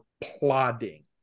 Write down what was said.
plodding